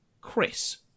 Chris